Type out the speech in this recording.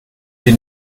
die